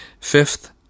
Fifth